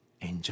enjoy